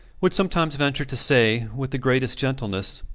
would sometimes venture to say, with the greatest gentleness,